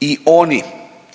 i oni